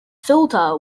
filter